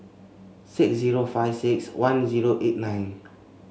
six zero five six one zero eight nine